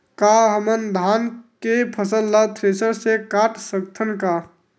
का हमन धान के फसल ला थ्रेसर से काट सकथन का?